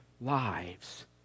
lives